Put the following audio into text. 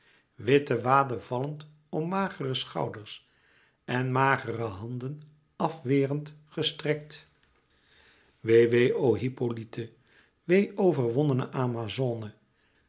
witte wade vallend om magere schouders en magere handen af werend gestrekt wee wee o hippolyte wee overwonnene amazone